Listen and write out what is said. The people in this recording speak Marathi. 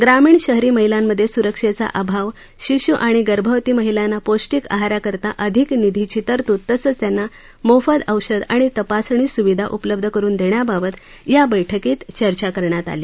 ग्रामीण शहरी महिलांमधे सुरक्षेचा अभाव शिशु आणि गर्भवती महिलांना पौष्टीक आहाराकरता अधिक निधीची तरतुद तसंच त्यांना मोफत औषध आणि तपासणी सुविधा उपलब्ध करुन देण्याबाबत याबैठकीत चर्चा करण्यात आली